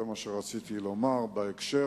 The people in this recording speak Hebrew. זה מה שרציתי לומר בהקשר,